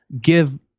give